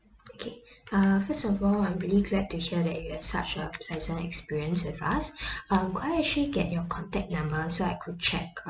okay err first of all I'm really glad to hear that you had such a pleasant experience with us um could I actually get your contact number so I could check